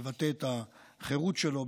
לבטא את החירות שלו,